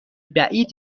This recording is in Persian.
بعید